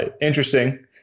Interesting